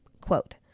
quote